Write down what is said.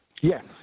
Yes